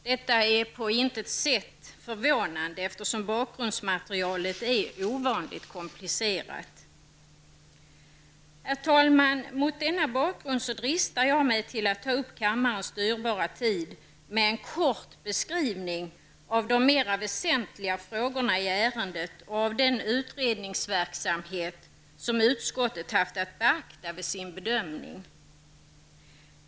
Detta är på intet sätt förvånande, eftersom bakgrundsmaterialet är ovanligt komplicerat. Herr talman! Mot denna bakgrund dristar jag mig till att ta upp kammarens dyrbara tid med en kort beskrivning av de mera väsentliga frågorna i ärendet och av den utredningsverksamhet, som utskottet haft att beakta vid sin bedömning.